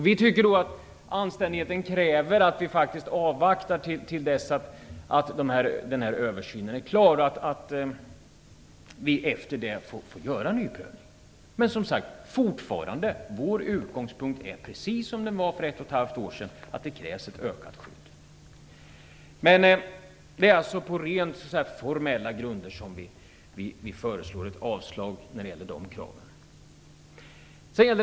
Vi tycker att anständigheten kräver att vi faktiskt avvaktar till dess att den här översynen är klar och att vi därefter får göra en ny prövning. Men, som sagt, vår utgångspunkt är fortfarande precis densamma som för ett och ett halvt år sedan - det krävs ett ökat skydd. Vi föreslår ett avslag på de kraven på rent formella grunder.